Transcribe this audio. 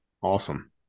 Awesome